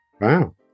Wow